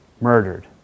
murdered